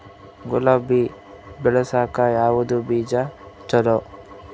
ಗುಲಾಬಿ ಬೆಳಸಕ್ಕ ಯಾವದ ಬೀಜಾ ಚಲೋ?